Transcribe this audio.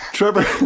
Trevor